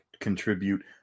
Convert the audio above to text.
contribute